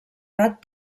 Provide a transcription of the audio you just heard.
rat